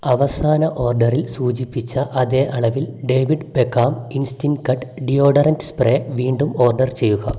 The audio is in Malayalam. അവസാന ഓർഡറിൽ സൂചിപ്പിച്ച അതേ അളവിൽ David Beckham instant deodorant spray വീണ്ടും ഓർഡർ ചെയ്യുക